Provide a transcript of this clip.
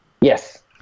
Yes